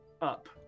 up